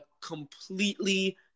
completely